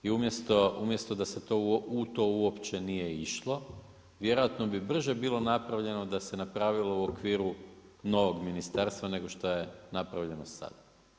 I umjesto da se u to uopće nije išlo, vjerojatno bi brže bilo napravljeno da se napravilo u okviru novog ministarstva nego što je napravljeno sada.